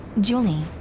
Julie